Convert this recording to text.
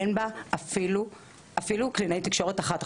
אין בה אפילו קלינאית תקשורת אחת.